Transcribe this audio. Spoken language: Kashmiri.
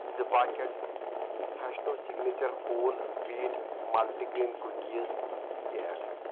زٕ packet Fresho signature whole wheat multigrain cookies تہِ ایٚڈ